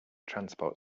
transport